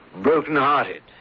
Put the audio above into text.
broken-hearted